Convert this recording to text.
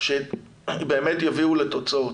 ובני משפחותיהם.